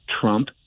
Trump